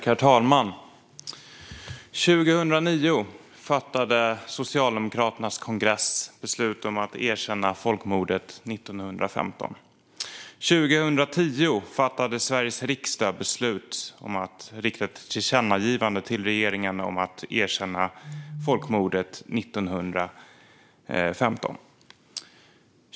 Herr talman! År 2009 fattade Socialdemokraternas kongress beslut om att erkänna folkmordet 1915. År 2010 fattade Sveriges riksdag beslut om att rikta ett tillkännagivande till regeringen om att erkänna folkmordet 1915.